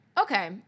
Okay